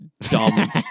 dumb